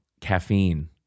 caffeine